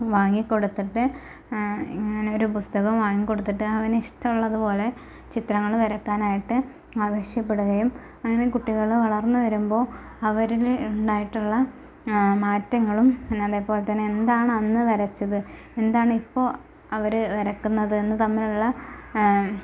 വാങ്ങിക്കൊടുത്തിട്ട് ഇങ്ങനൊരു പുസ്തകം വാങ്ങിക്കൊടുത്തിട്ട് അവനിഷ്ട്ടമുള്ളത് പോലെ ചിത്രങ്ങള് വരക്കാനായിട്ട് ആവശ്യപ്പെട്കയും അതിന് കുട്ടികള് വളർന്ന് വരുമ്പോൾ അവരിൽ ഉണ്ടായിട്ടുള്ള മാറ്റങ്ങളും പിന്നെ അതേപോലെ എന്താണ് അന്ന് വരച്ചത് എന്താണ് ഇപ്പോൾ അവര് വരയ്ക്കുന്നത് എന്ന് തമ്മിലുള്ള